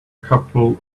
couple